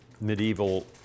medieval